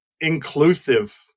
inclusive